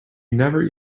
never